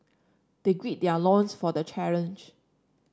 they gird their loins for the challenge